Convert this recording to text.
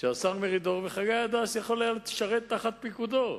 שהשר מרידור, חגי הדס יכול היה לשרת תחת פיקודו,